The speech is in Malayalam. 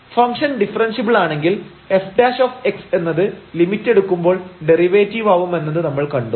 ഫംഗ്ഷൻ ഡിഫറെൻഷ്യബിളാണെങ്കിൽ f എന്നത് ലിമിറ്റെടുക്കുമ്പോൾ ഡെറിവേറ്റീവാവുമെന്നത് നമ്മൾ കണ്ടു